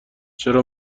چرا